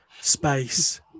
space